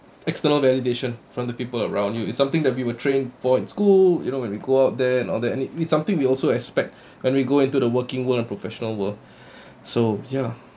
external validation from the people around you it's something that we were trained for in school you know when we go out there and found any it's something we also expect when we go into the working world and professional world so ya